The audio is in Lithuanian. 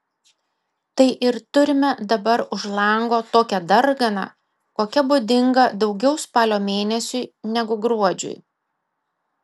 tai ir turime dabar už lango tokią darganą kokia būdinga daugiau spalio mėnesiui negu gruodžiui